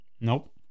Nope